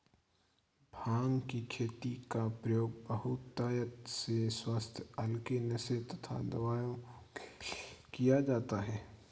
भांग की खेती का प्रयोग बहुतायत से स्वास्थ्य हल्के नशे तथा दवाओं के लिए किया जाता है